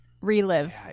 relive